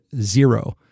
zero